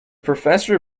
professor